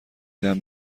دهم